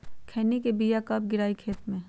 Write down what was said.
खैनी के बिया कब गिराइये खेत मे?